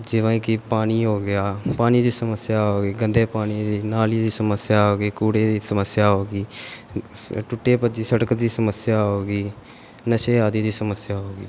ਜਿਵੇਂ ਕਿ ਪਾਣੀ ਹੋ ਗਿਆ ਪਾਣੀ ਦੀ ਸਮੱਸਿਆ ਹੋ ਗਈ ਗੰਦੇ ਪਾਣੀ ਦੀ ਨਾਲੀ ਦੀ ਸਮੱਸਿਆ ਹੋ ਗਈ ਕੂੜੇ ਦੀ ਸਮੱਸਿਆ ਹੋ ਗਈ ਟੁੱਟੇ ਭੱਜੀ ਸੜਕ ਦੀ ਸਮੱਸਿਆ ਹੋ ਗਈ ਨਸ਼ੇ ਆਦਿ ਦੀ ਸਮੱਸਿਆ ਹੋ ਗਈ